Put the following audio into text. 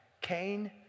Cain